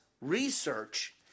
research